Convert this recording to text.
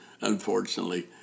unfortunately